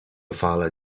fale